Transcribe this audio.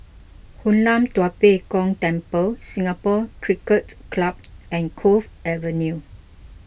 Hoon Lam Tua Pek Kong Temple Singapore Cricket Club and Cove Avenue